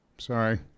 Sorry